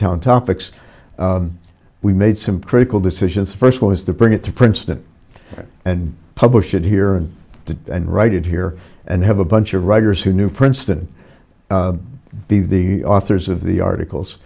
town topics we made some critical decisions first was to bring it to princeton and publish it here and to write it here and have a bunch of writers who knew princeton be the authors of the articles